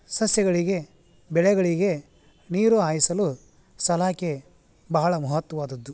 ಸಸ್ಯಗಳಿಗೆ ಬೆಳೆಗಳಿಗೆ ನೀರು ಹಾಯಿಸಲು ಸಲಾಕೆ ಬಹಳ ಮಹತ್ತ್ವವಾದದ್ದು